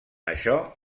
això